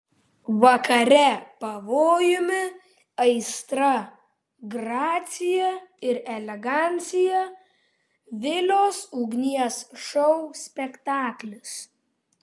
vakare pavojumi aistra gracija ir elegancija vilios ugnies šou spektaklis